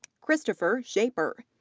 christopher schaeper,